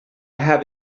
have